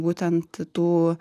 būtent tų